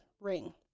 ring